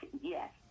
Yes